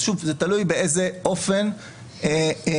שוב, זה תלוי באיזה אופן יפעלו.